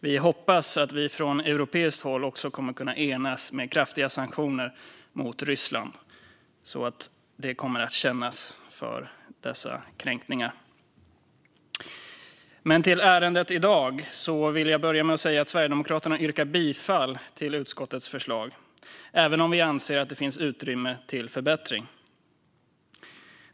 Vi hoppas att man från europeiskt håll kommer att kunna enas om kraftiga sanktioner mot Ryssland för dessa kränkningar så att det kommer att kännas. När det gäller ärendet i dag vill jag börja med att säga att Sverigedemokraterna yrkar bifall till utskottets förslag även om vi anser att det finns utrymme för förbättring.